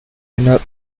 winner